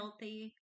healthy